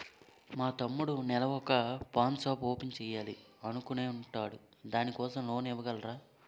మా తమ్ముడు నెల వొక పాన్ షాప్ ఓపెన్ చేయాలి అనుకుంటునాడు దాని కోసం లోన్ ఇవగలరా?